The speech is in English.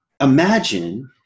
imagine